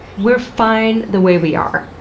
we're fine the way we are.